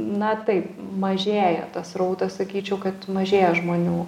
na taip mažėja tas srautas sakyčiau kad mažėja žmonių